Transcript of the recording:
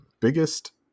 biggest